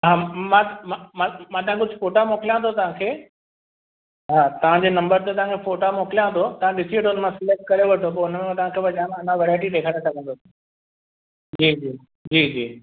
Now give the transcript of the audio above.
हा मां मां मां मां तव्हांखे कुझु फ़ोटा मोकिलियांव थो तव्हांखे हा तव्हांजे नंबर ते तव्हांखे फ़ोटा मोकिलियांव थो तव्हां ॾिसी वठो हुनमां सिलेक्ट करे वठो पोइ उनमे मां तव्हांखे अञा वैराइटी ॾेखारे सघंदुसि जी जी जी जी